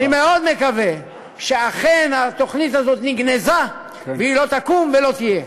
אני מאוד מקווה שאכן התוכנית הזאת נגנזה והיא לא תקום ולא תהיה.